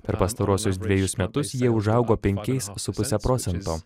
per pastaruosius dvejus metus jie užaugo penkiais su puse procento